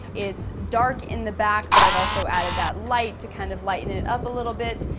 it's dark in the back, but i've also added that light to kind of lighten it up a little bit,